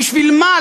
בשביל מה?